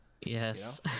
yes